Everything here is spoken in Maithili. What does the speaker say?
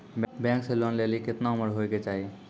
बैंक से लोन लेली केतना उम्र होय केचाही?